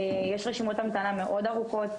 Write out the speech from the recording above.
יש רשימות המתנה מאוד ארוכות,